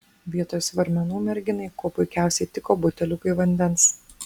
vietoj svarmenų merginai kuo puikiausiai tiko buteliukai vandens